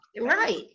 Right